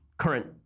current